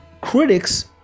critics